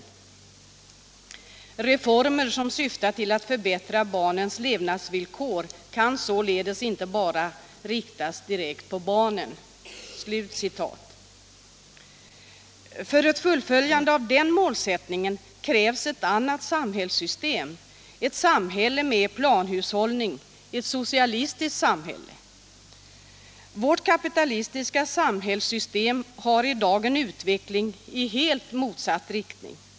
Reformer som syftar till att förbättra barnens levnadsvillkor kan således inte bara riktas direkt på barnen.” För ett fullföljande av den målsättningen krävs ett annat samhällssystem, ett samhälle med planhushållning, ett socialistiskt samhälle. Vårt kapitalistiska samhällssystem har i dag en utveckling i helt motsatt riktning.